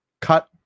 cut